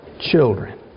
children